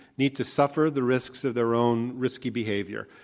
need to suffer the risks of their own risky behavior.